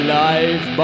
life